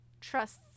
trusts